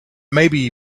maybe